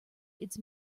its